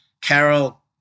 Carol